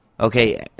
Okay